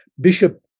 Bishop